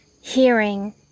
hearing